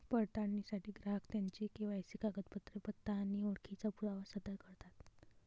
पडताळणीसाठी ग्राहक त्यांची के.वाय.सी कागदपत्रे, पत्ता आणि ओळखीचा पुरावा सादर करतात